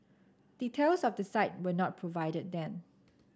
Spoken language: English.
details of the site were not provided then